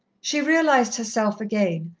she realized herself again,